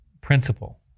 principle